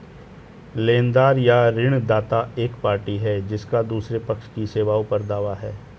लेनदार या ऋणदाता एक पार्टी है जिसका दूसरे पक्ष की सेवाओं पर दावा है